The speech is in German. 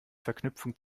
verknüpfung